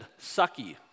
sucky